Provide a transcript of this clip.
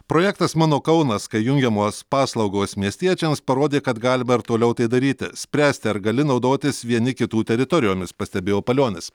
projektas mano kaunas kai jungiamos paslaugos miestiečiams parodė kad galima ir toliau tai daryti spręsti ar gali naudotis vieni kitų teritorijomis pastebėjo palionis